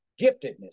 giftedness